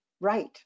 right